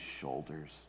shoulders